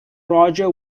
roger